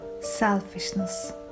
selfishness